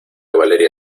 valeria